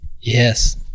Yes